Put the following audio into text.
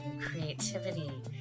creativity